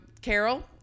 Carol